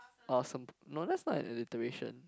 or some no that's like alliteration